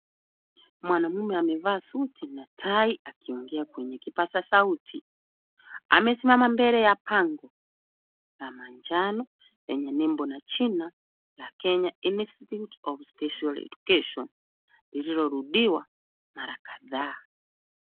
Mwanamume amevaa suti na tai akiongea kwenye kipaza sauti. Amesimama mbele ya bango la manjano, lenye nembo na jina, Kenya Ministry of Special Education, lililorudiwa mara kadhaa.